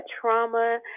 trauma